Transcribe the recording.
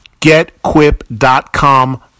Getquip.com